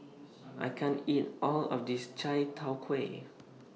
I can't eat All of This Chai Tow Kuay